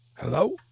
Hello